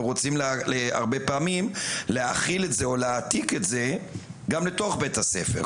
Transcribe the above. ורוצים הרבה פעמים להחיל את זה או להעתיק את זה גם לתוך בית הספר.